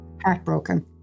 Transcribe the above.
heartbroken